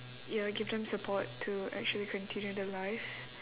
ya give them support to actually continue their lives